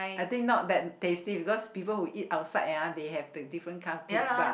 I think not that tasty because people who eat outside ah they have the different kind of tastebud